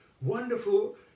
wonderful